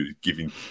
giving